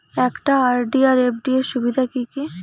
একটা আর.ডি আর এফ.ডি এর সুবিধা কি কি?